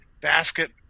basket